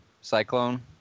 cyclone